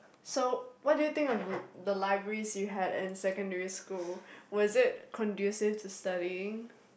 so what do you think of li~ the libraries you had in secondary school was it conducive to studying